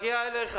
אגיע אליך.